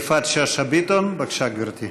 יפעת שאשא ביטון, בבקשה, גברתי.